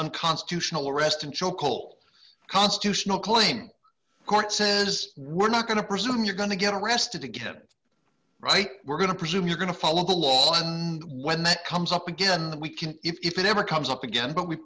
unconstitutional arrest until call constitutional claim court says we're not going to presume you're going to get arrested again right we're going to presume you're going to follow the law and when that comes up again we can if it ever comes up again but we